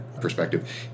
perspective